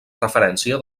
referència